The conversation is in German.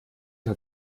hat